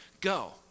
Go